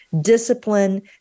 discipline